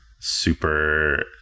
super